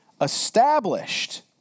Established